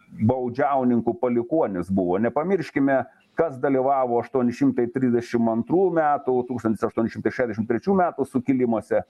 baudžiauninkų palikuonys buvo nepamirškime kas dalyvavo aštuoni šimtai trisdešim antrų metų tūkstantis aštuoni šimtai šiadešimt trečių metų sukilimuose